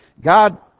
God